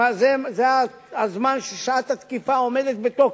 זה הזמן ששעת התקיפה עומדת בתוקף,